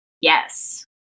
yes